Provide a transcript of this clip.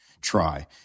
try